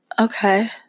Okay